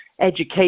education